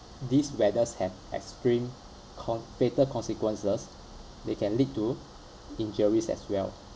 these weathers have extreme con~ fatal consequences they can lead to injuries as well